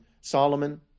Solomon